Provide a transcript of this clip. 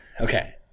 Okay